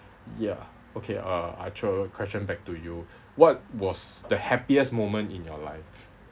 ya okay uh I throw a question back to you what was the happiest moment in your life